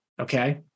okay